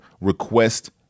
request